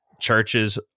churches